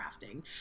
crafting